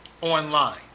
Online